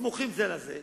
סמוכות זו לזו,